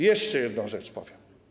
Jeszcze jedną rzecz powiem.